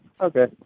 Okay